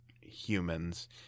humans